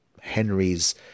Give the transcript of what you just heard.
Henry's